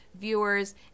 viewers